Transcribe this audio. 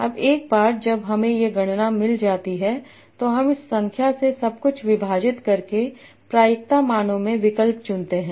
अब एक बार जब हमें ये गणना मिल जाती है तो हम इस संख्या से सब कुछ विभाजित करके प्रायिकता मानों में विकल्प चुनते हैं